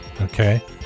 okay